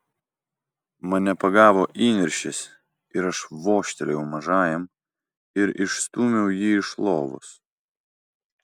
mane pagavo įniršis ir aš vožtelėjau mažajam ir išstūmiau jį iš lovos